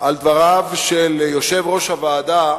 על דבריו של יושב-ראש הוועדה